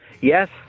Yes